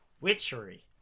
Witchery